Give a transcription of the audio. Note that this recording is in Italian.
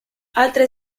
altre